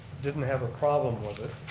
didn't have a problem with it,